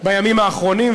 בימים האחרונים.